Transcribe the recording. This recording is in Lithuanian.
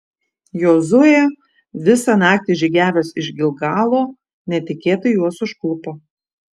jozuė visą naktį žygiavęs iš gilgalo netikėtai juos užklupo